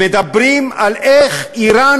הם מדברים על איך איראן